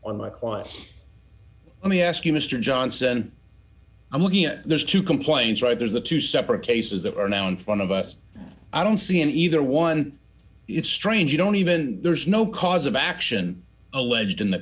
on my client let me ask you mr johnson i'm looking at those two complaints right there the two separate cases that are now in front of us i don't see either one it's strange you don't even there's no cause of action alleged in th